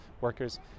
workers